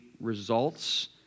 results